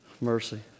Mercy